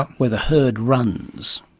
but where the herd runs.